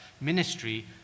ministry